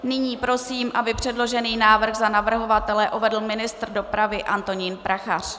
Nyní prosím, aby předložený návrh za navrhovatele uvedl ministr dopravy Antonín Prachař.